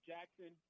Jackson